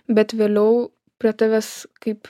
bet vėliau prie tavęs kaip